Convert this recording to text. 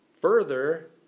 Further